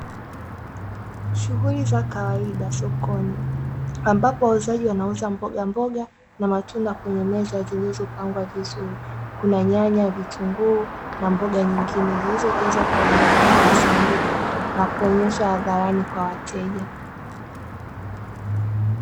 Shughuli za kawaida sokoni ambapo wauzaji wanauza mbogamboga na matunda kwenye meza zilizopangwa vizuri kuna nyanya, vitunguu na mboga nyingine zilizojazwa kwenye masanduku na kuonyesha hadharani kwa wateja.